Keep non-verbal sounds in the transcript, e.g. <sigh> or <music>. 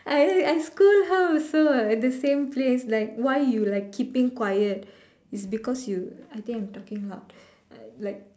<laughs> I I scold her also what at the same place like why you like keeping quiet it's because you I think I'm talking loud uh like